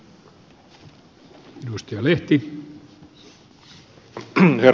herra puhemies